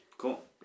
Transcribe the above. Cool